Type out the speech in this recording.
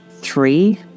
three